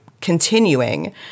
continuing